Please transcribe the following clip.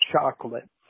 chocolate